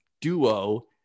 duo